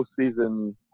postseason